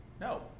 No